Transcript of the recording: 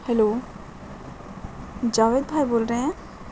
hello Javed بھائی بول رہے ہیں